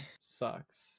sucks